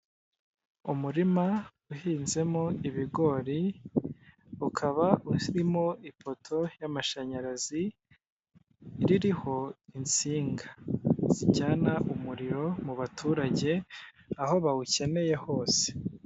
Umurima uhinzemo ibigori, ukaba urimo ipoto y'amashanyarazi, ririho insinga zijyana umuriro mu baturage, aho bawukeneye hose.